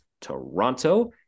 Toronto